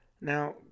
Now